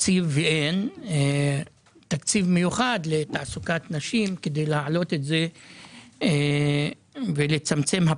בתקציב תקציב מיוחד לתעסוקת נשים כדי להעלות את זה ולצמצם את